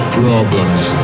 problems